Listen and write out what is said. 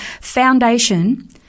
foundation